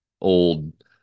old